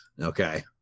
Okay